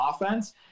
offense